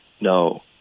no